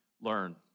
learn